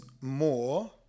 more